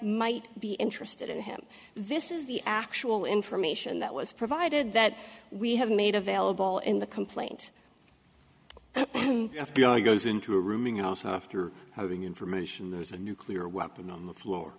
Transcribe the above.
might be interested in him this is the actual information that was provided that we have made available in the complaint f b i goes into a rooming house after having information there's a nuclear weapon on the floor